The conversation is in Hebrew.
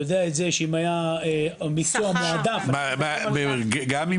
אני יודע שאם זה היה מקצוע מועדף --- גם אם